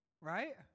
right